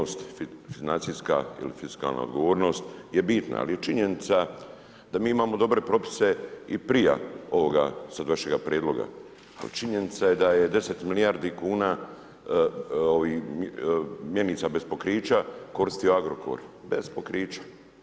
Ministre, stabilnost financijska ili fiskalna odgovornost je bitna, ali činjenica da mi imamo dobre propise i prije ovoga sad vašega prijedloga, ali činjenica je da je 10 milijardi kuna mjenica bez pokrića koristio Agrokor, bez pokrića.